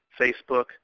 Facebook